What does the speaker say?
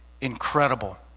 incredible